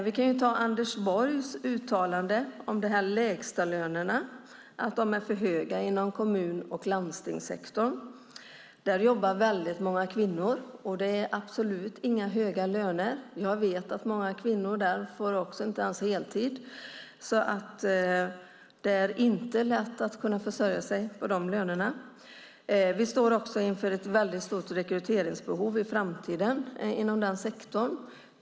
Vi kan ta Anders Borgs uttalande om att lägstalönerna är för höga inom kommun och landstingssektorn. Där jobbar väldigt många kvinnor, och det är absolut inga höga löner. Jag vet också att många kvinnor där inte ens får heltid, så det är inte lätt att kunna försörja sig på de lönerna. Vi står inför ett väldigt stort rekryteringsbehov i framtiden inom den sektorn.